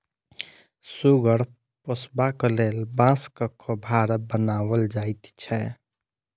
सुगर पोसबाक लेल बाँसक खोभार बनाओल जाइत छै